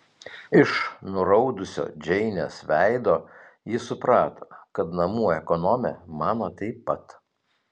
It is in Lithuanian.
iš nuraudusio džeinės veido ji suprato kad namų ekonomė mano taip pat